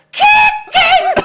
kicking